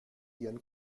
ihren